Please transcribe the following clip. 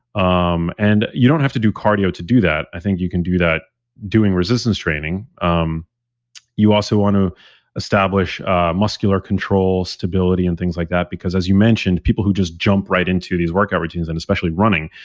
um and you don't have to do cardio to do that. i think you can do that doing resistance training. um you also want to establish muscular control, stability and things like that, because as you mentioned, people who just jump right into these workout routines and especially running,